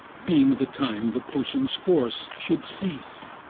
being the time the potion's force should cease.